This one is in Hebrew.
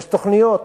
יש תוכניות.